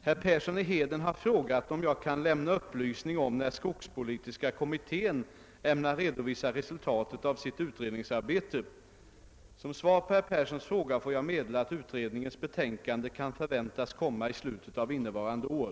Herr Persson i Heden har frågat om jag kan lämna upplysning om när skogspolitiska kommittén ämnar redovisa resultatet av sitt utredningsarbete. Som svar på herr Perssons fråga får jag meddela att utredningens betänkande kan förväntas komma i slutet av innevarande år.